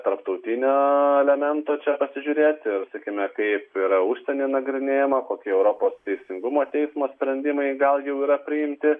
tarptautinio elemento čia pasižiūrėti ir sakykime kaip yra užsieny nagrinėjama kokie europos teisingumo teismo sprendimai gal jau yra priimti